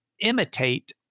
imitate